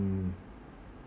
um